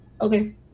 okay